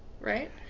right